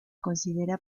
considera